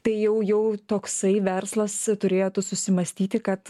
tai jau jau toksai verslas turėtų susimąstyti kad